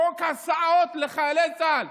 חוק הסעות לחיילי צה"ל.